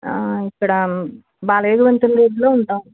ఇక్కడ బాలేరు వంతెన రోడ్లో ఉంటాము